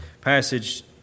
passage